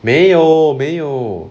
没有没有